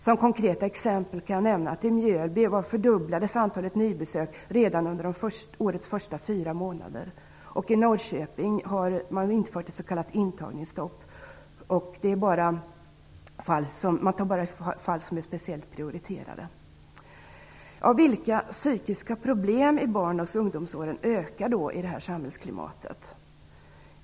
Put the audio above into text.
Som konkret exempel kan jag nämna att i Mjölby fördubblades antalet nybesök redan under årets första fyra månader, och i Norrköping har man infört ett s.k. intagningsstopp. Man tar bara fall som är speciellt prioriterade. Vilka psykiska problem i barn och ungdomsåren ökar då i det här samhällsklimatet?